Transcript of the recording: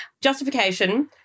justification